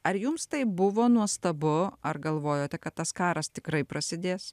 ar jums tai buvo nuostabu ar galvojote kad tas karas tikrai prasidės